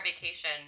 vacation